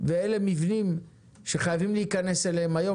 ואלה מבנים שחייבים להיכנס אליהם היום